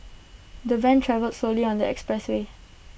the van travelled slowly on the expressway